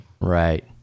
Right